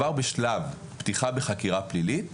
כבר בשלב פתיחה בחקירה פלילית,